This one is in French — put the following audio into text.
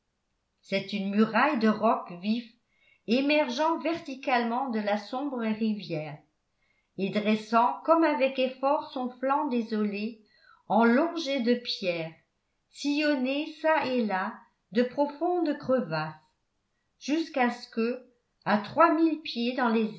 c'est une muraille de roc vif émergeant verticalement de la sombre rivière et dressant comme avec effort son flanc désolé en longs jets de pierre sillonnés çà et là de profondes crevasses jusqu'à ce que à trois mille pieds dans les